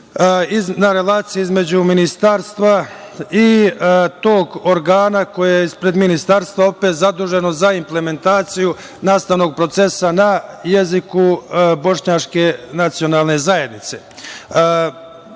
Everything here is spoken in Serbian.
na relaciji između Ministarstva i tog organa koje je ispred Ministarstva opet zaduženo za implementaciju nastavnog procesa na jeziku Bošnjačke nacionalne zajednice. Sa